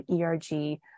erg